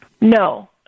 No